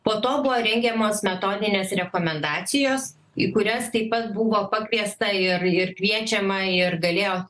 po to buvo rengiamos metodinės rekomendacijos į kurias taip pat buvo pakviesta ir ir kviečiama ir galėjo